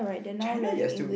China there's still